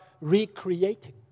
recreating